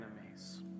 enemies